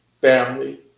family